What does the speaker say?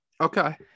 Okay